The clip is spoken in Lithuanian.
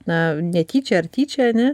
na netyčia ar tyčia ane